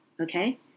okay